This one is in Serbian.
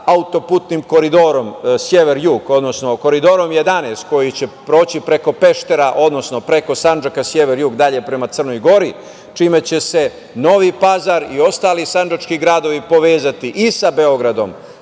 autoputnim koridorom sever – jug, odnosno Koridorom 11 koji će proći preko Peštera, odnosno preko Sandžaka, sever – jug dalje prema Crnoj Gori, čime će se Novi Pazar i ostali sandžački gradovi povezati i sa Beogradom,